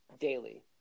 daily